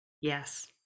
Yes